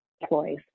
employees